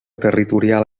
territorial